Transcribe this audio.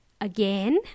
again